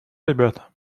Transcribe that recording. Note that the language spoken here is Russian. ребята